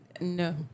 No